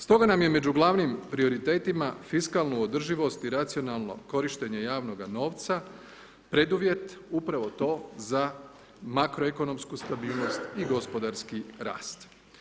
Stoga nam je među glavnim prioritetima fiskalnu održivost i racionalno korištenje javnoga novca, preduvjet, upravo to, za makroekonomsku stabilnost i gospodarski rast.